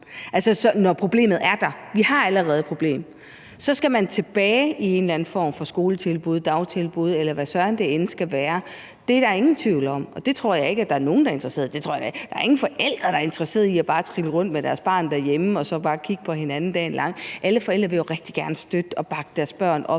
et problem, og man skal så tilbage i en eller anden form for skoletilbud, dagtilbud, eller hvad søren det end skal være. Det er der ingen tvivl om, og jeg tror ikke, at der er nogen forældre, der er interesserede i bare at trille rundt med deres barn derhjemme og så bare kigge på hinanden dagen lang. Alle forældre vil jo rigtig gerne støtte og bakke deres børn op